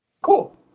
Cool